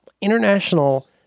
international